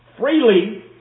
freely